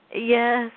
yes